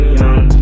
young